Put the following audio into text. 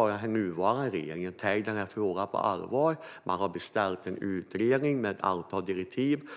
ändå att den nuvarande regeringen har tagit denna fråga på allvar sedan 2014. Man har beställt en utredning med ett antal direktiv.